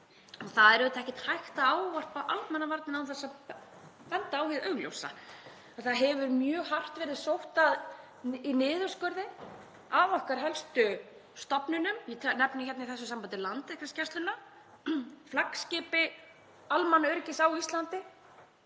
Það er auðvitað ekkert hægt að ávarpa almannavarnir án þess að benda á hið augljósa, að það hefur mjög hart verið sótt í niðurskurði að okkar helstu stofnunum. Ég nefni í þessu sambandi Landhelgisgæsluna, flaggskip almannaöryggis á Íslandi.